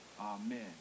Amen